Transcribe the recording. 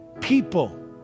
People